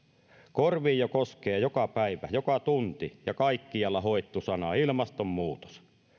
korviin jo koskee joka päivä joka tunti ja kaikkialla hoettu sana ilmastonmuutos